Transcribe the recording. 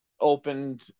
opened